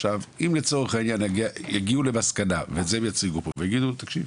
אם לצורך העניין יגיעו למסקנה ויציגו פה ויגידו תקשיב,